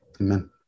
amen